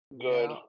Good